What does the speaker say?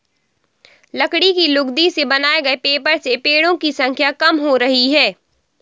लकड़ी की लुगदी से बनाए गए पेपर से पेङो की संख्या कम हो रही है